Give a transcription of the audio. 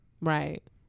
right